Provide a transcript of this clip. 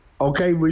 okay